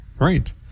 Right